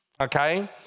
okay